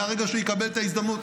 מהרגע שהוא יקבל את ההזדמנות,